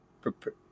prepare